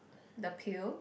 the pill